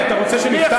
אתה רוצה שנפתח,